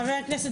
חבר הכנסת